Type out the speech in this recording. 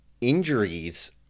injuries